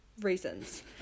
reasons